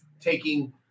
taking –